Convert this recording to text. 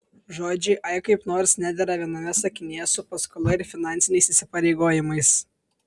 žodžiai ai kaip nors nedera viename sakinyje su paskola ir finansiniais įsipareigojimais